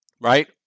right